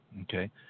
Okay